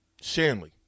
Shanley